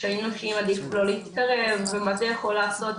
קשיים נפשיים עדיף לא להתקרב ומה זה יכול לעשות,